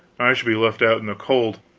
i should be left out in the cold.